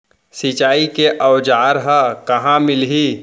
सिंचाई के औज़ार हा कहाँ मिलही?